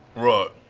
laura